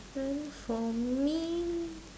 then for me